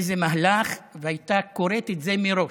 איזה מהלך, והייתה קוראת את זה מראש.